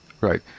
right